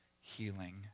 healing